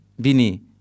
Bini